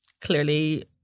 clearly